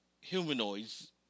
humanoids